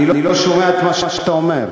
אני לא שומע את מה שאתה אומר.